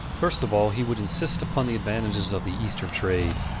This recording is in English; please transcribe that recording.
first of all he would insist upon the advantages of the eastern trade,